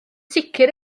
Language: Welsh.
sicr